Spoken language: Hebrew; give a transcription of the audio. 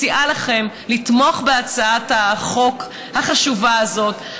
מציעה לכם לתמוך בהצעת החוק החשובה הזאת.